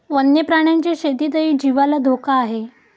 वन्य प्राण्यांच्या शेतीतही जीवाला धोका आहे